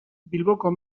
bilboko